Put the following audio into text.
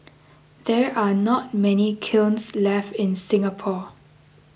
there are not many kilns left in Singapore